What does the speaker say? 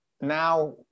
now